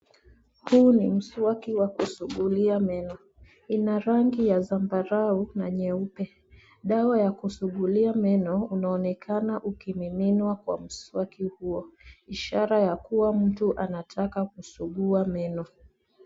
Huu ni mswaki wa kusugulia meno, ina rangi ya zambarau na nyeupe. Dawa ya kusugulia meno, unaonekana ukimiminwa kwa mswaki huo, ishara ya kuwa, mtu anataka kusugua meno.